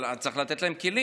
אבל צריך לתת להם כלים?